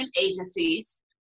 agencies